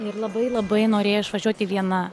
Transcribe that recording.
ir labai labai norėjo išvažiuoti viena